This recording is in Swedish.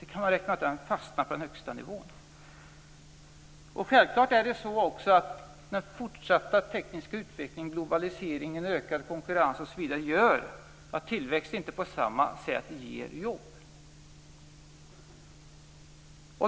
Inte kan man räkna med att den fastnar på den högsta nivån. I och med den fortsatta tekniska utvecklingen, globaliseringen, den ökade konkurrensen, osv. ger tillväxt inte heller på samma sätt jobb.